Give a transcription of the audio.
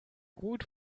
gut